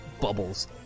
bubbles